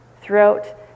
throughout